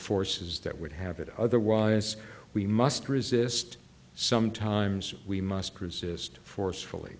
forces that would have it otherwise we must resist sometimes we must resist forcefully